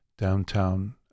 downtown